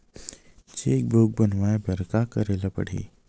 Cheque book बनवाय बर का करे ल पड़हि?